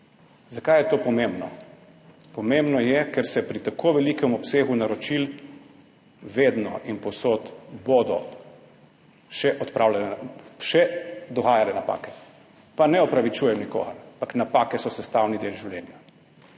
Zakaj je to pomembno? Pomembno je, ker se bodo pri tako velikem obsegu naročil vedno in povsod še dogajale napake. Pa ne opravičujem nikogar, ampak napake so sestavni del življenja.